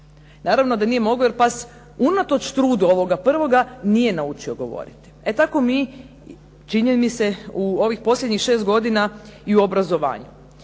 Naravno da nije mogao jer pas unatoč trudu ovoga prvoga, nije naučio govorit. E tako mi, čini mi se u ovih posljednjih 6 godina i u obrazovanju.